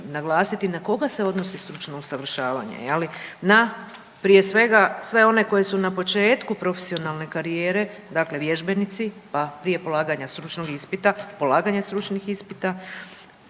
na koga se odnosi stručno usavršavanje je li? Na prije svega sve one koji su na početku profesionalne karijere, dakle vježbenici, pa prije polaganja stručnog ispita, polaganje stručnih ispita,